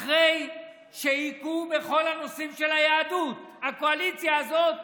אחרי שהכו בכל הנושאים של היהדות, הקואליציה הזאת,